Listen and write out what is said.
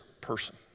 person